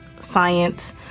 science